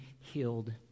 healed